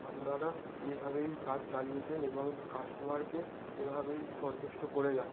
আপনারা এভাবেই কাজ চালিয়ে যান এবং কাস্টোমারকে এভাবেই সন্তুষ্ট করে যান